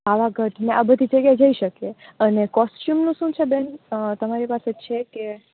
પાવાગઢને આ બધી જગ્યાએ જઈ શકીએ અને કોસટયુમનું શું છે બેન તમારી પાસે છેકે